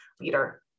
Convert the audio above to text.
leader